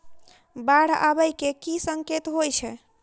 बाढ़ आबै केँ की संकेत होइ छै?